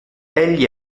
egli